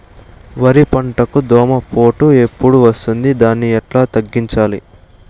వరి పంటకు దోమపోటు ఎప్పుడు వస్తుంది దాన్ని ఎట్లా తగ్గించాలి?